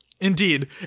Indeed